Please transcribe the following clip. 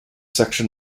section